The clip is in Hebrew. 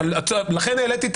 לכן העליתי את